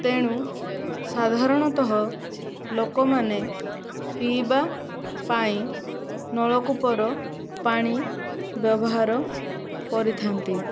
ତେଣୁ ସାଧାରଣତଃ ଲୋକମାନେ ପିଇବା ପାଇଁ ନଳକୂପର ପାଣି ବ୍ୟବହାର କରିଥାନ୍ତି